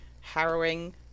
harrowing